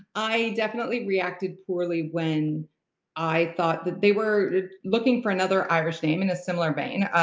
i definitely reacted poorly when i thought that they were looking for another irish name in a similar vein.